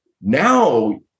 now